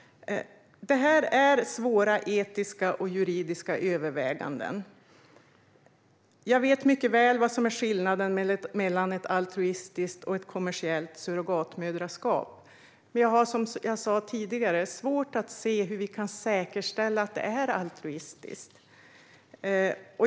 Det här är svåra etiska och juridiska överväganden. Jag vet mycket väl vad som är skillnaden mellan altruistiskt och kommersiellt surrogatmoderskap, men som jag sa tidigare har jag svårt att se hur vi ska kunna säkerställa att det är altruistiskt.